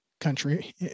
country